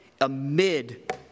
amid